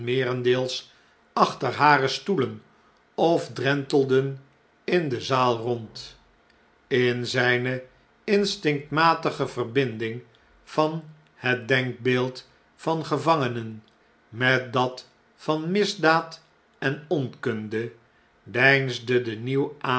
meerendeels achter hare stoelen of drentelden in de zaal rond in zg ne instinctmatige verbinding van het denkbeeld van gevangenen met dat vanmisdaaden onkunde deinsde de